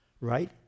right